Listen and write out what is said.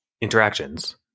interactions